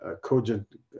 cogent